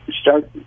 start